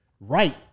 right